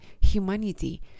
humanity